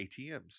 ATMs